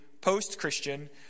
post-Christian